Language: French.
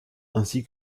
ainsi